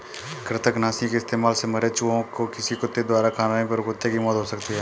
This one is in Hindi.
कृतंकनाशी के इस्तेमाल से मरे चूहें को किसी कुत्ते द्वारा खाने पर कुत्ते की मौत हो सकती है